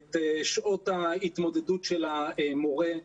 את שעות ההתמודדות של המורה,